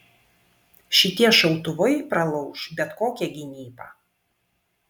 šitie šautuvai pralauš bet kokią gynybą